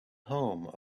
home